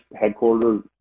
headquarters